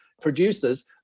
producers